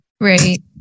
Right